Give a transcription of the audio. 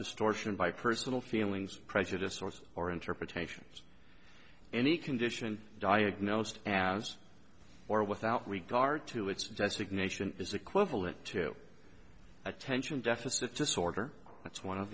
distortion by personal feelings prejudiced sources or interpretations any condition diagnosed as or without regard to its designation is equivalent to attention deficit disorder that's one of